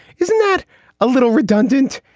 isn't that a little redundant?